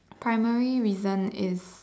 primary reason is